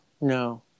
No